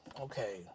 okay